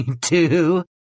two